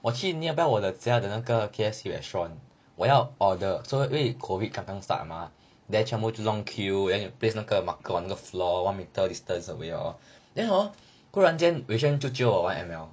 我去 nearby 我的家的那个 K_F_C restaurant 我要 order 因为 COVID 刚刚 start mah then 全部就 long queue then place 那个 marker on 那个 floor one meter distance away hor then 忽然间 wei xuan 就 jio 我玩 M_L